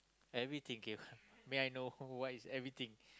everything kay may I know what is everything